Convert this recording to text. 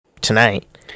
tonight